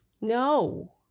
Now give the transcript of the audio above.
No